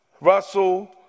Russell